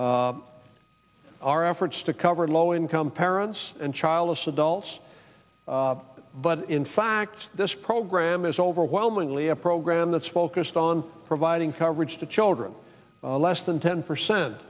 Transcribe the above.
are efforts to cover low income parents and childless adults but in fact this program is overwhelmingly a program that's focused on providing coverage to children less than ten percent